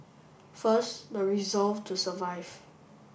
first the resolve to survive